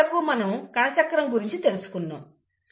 ఇప్పటివరకు మనం కణచక్రం గురించి తెలుసుకున్నాం